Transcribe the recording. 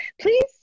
please